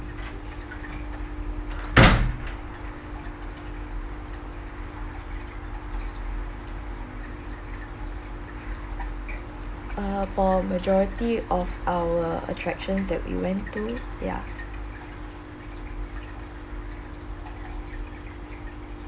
uh for majority of our attractions that we went to ya